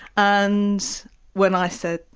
and when i said,